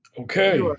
Okay